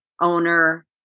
owner